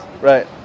Right